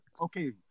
Okay